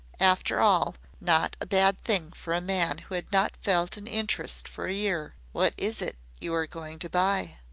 after all, not a bad thing for a man who had not felt an interest for a year. what is it you are going to buy?